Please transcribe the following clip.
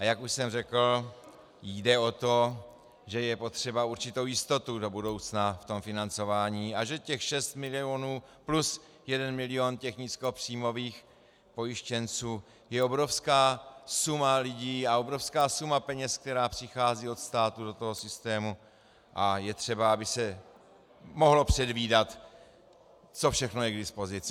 A jak už jsem řekl, jde o to, že je potřeba určitou jistotu do budoucna ve financování a že šest milionů plus jeden milion nízkopříjmových pojištěnců je obrovská suma lidí a obrovská suma peněz, která přichází od státu do systému, a je třeba, aby se mohlo předvídat, co všechno je k dispozici.